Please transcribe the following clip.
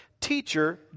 teacher